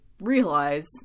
realize